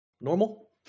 normal